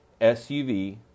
SUV